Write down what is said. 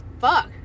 fuck